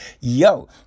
Yo